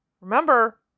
remember